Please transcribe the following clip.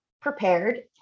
prepared